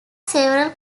several